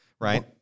right